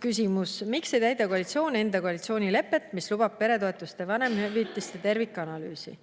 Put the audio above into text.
küsimus: "Miks ei täida koalitsioon enda koalitsioonilepet, mis lubab peretoetuste ja vanemahüvitiste tervikanalüüsi?"